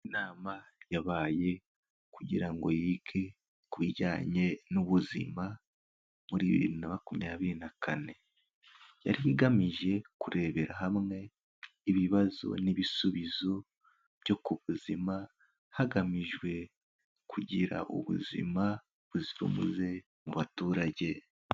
Inama yabaye kugira ngo yige ku bijyanye n'ubuzima muri bibiri na makumyabiri na kane. Yari igamije kurebera hamwe ibibazo n'ibisubizo byo ku buzima hagamijwe kugira ubuzima buzira umuze mu baturage.